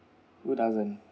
two thousand